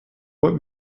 what